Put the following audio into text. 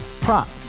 Prop